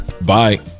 bye